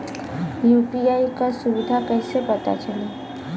UPI क सुविधा कैसे पता चली?